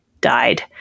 died